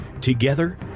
Together